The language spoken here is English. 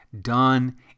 done